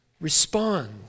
respond